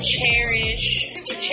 cherish